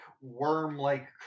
Worm-like